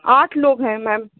आठ लोग हैं मैम